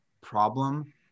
problem